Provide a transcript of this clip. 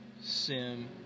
Sim